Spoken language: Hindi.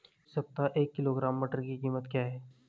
इस सप्ताह एक किलोग्राम मटर की कीमत क्या है?